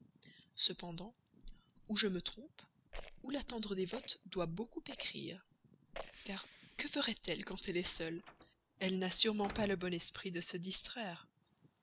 cependant ou je me trompe ou la tendre dévote doit beaucoup écrire car que ferait-elle quand elle est seule elle n'a sûrement pas le bon esprit de se distraire